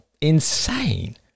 insane